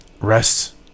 rest